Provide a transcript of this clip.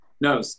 No